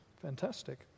fantastic